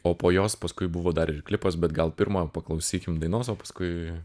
o po jos paskui buvo dar ir klipas bet gal pirma paklausykim dainos o paskui